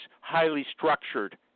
highly-structured